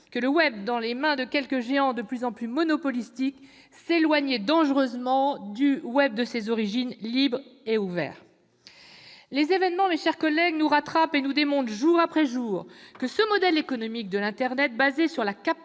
que le web dans les mains de quelques géants de plus en plus monopolistiques s'éloignait dangereusement du web libre et ouvert de ses débuts. Les événements, mes chers collègues, nous rattrapent et nous démontrent jour après jour que ce modèle économique de l'internet basé sur la captation